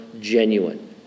genuine